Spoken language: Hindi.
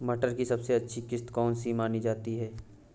मटर की सबसे अच्छी किश्त कौन सी मानी जाती है?